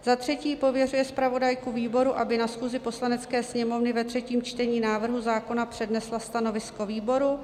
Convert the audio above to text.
Za třetí pověřuje zpravodajku výboru, aby na schůzi Poslanecké sněmovny ve třetím čtení návrhu zákona přednesla stanovisko výboru;